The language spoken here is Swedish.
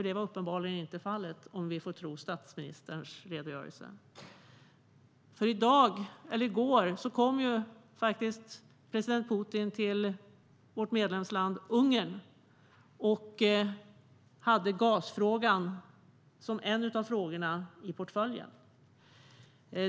Det var uppenbarligen inte fallet, om vi får tro statsministerns redogörelse.I går kom president Putin till EU:s medlemsland Ungern och hade gasfrågan som en av frågorna i sin portfölj.